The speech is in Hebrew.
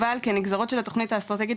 אבל כנגזרות של התוכנית האסטרטגית,